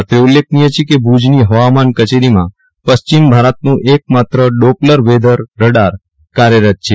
અત્રે ઉલ્લેખનીય છ કે ભૂજનો હવામાન કચરીમાં પશ્ચિમ ભારતનું એક માત્ર ડોપલર વેધર રડાર કાર્યરત છે